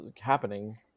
happening